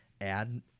add